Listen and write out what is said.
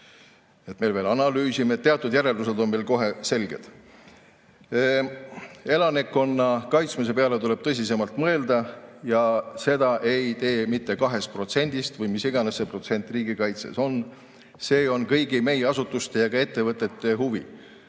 me veel analüüsime. Teatud järeldused on meil kohe selged. Elanikkonna kaitsmise peale tuleb tõsisemalt mõelda ja seda ei tee mitte 2% eest või mis iganes see protsent riigikaitses on. See on kõigi meie asutuste ja ettevõtete huvi